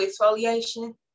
exfoliation